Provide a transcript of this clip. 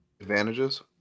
Advantages